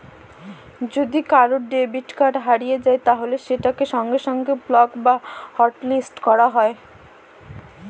যদি কারুর debit card হারিয়ে যায় তাহলে সেটাকে সঙ্গে সঙ্গে ব্লক বা হটলিস্ট করা যায়